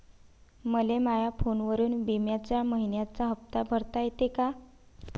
मले माया फोनवरून बिम्याचा मइन्याचा हप्ता भरता येते का?